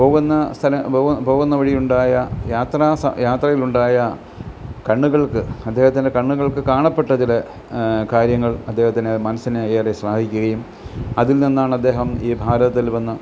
പോകുന്ന സ്ഥലം പോവുന്ന വഴി ഉണ്ടായ യാത്ര യാത്രയിലുണ്ടായ കണ്ണുകൾക്ക് അദ്ദേഹത്തിൻ്റെ കണ്ണുകൾക്ക് കാണപ്പെട്ട ചില കാര്യങ്ങൾ അദ്ദേഹത്തിന് മനസ്സിന് ഏറെ സ്വാധീനിക്കുകയും അതിൽ നിന്നാണ് അദ്ദേഹം ഈ ഭാരതത്തിൽ വന്നു